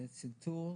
צנתור,